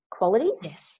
qualities